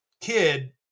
kid